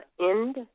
end